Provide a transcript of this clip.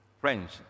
Friends